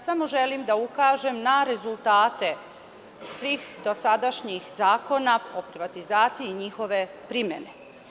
Samo želim da ukažem na rezultate svih dosadašnjih zakona o privatizaciji i njihove primene.